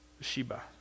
Sheba